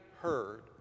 heard